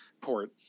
port